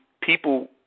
people